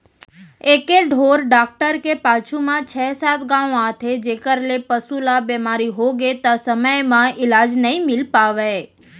एके ढोर डॉक्टर के पाछू म छै सात गॉंव आथे जेकर ले पसु ल बेमारी होगे त समे म इलाज नइ मिल पावय